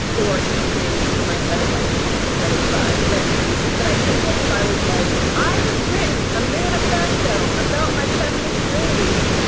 you know, maybe for my entire life since nineteen seventy five. but but i think that if i was like i have written a manifesto about my feminist rage,